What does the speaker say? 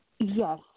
Yes